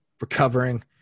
recovering